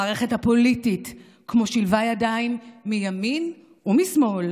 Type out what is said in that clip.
המערכת הפוליטית כמו שילבה ידיים מימין ומשמאל